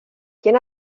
quién